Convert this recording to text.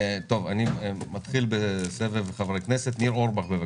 ניר אורבך, בבקשה.